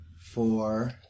four